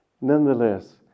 Nonetheless